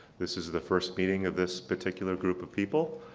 this is the first meeting of this particular group of people.